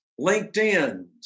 LinkedIn